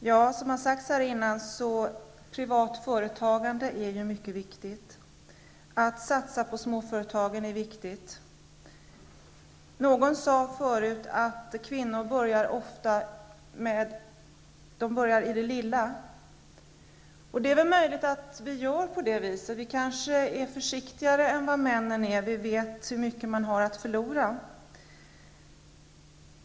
Herr talman! Privat företagande är, som har sagts tidigare i debatten, mycket viktigt. Att satsa på småföretagen är viktigt. Någon sade förut att kvinnor ofta börjar i det lilla. Det är väl möjligt att vi gör på det viset. Vi kanske är försiktigare än vad männen är, vi vet hur mycket man har att förlora.